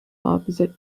opposite